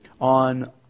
on